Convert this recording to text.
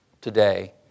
today